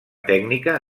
tècnica